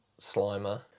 Slimer